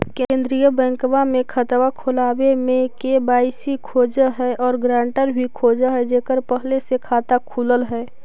केंद्रीय बैंकवा मे खतवा खोलावे मे के.वाई.सी खोज है और ग्रांटर भी खोज है जेकर पहले से खाता खुलल है?